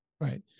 Right